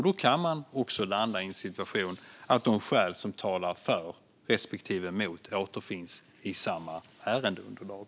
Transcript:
Då kan man också landa i situationen att de skäl som talar för respektive mot återfinns i samma ärendeunderlag.